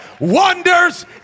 wonders